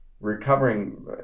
recovering